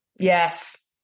Yes